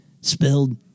spilled